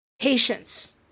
patience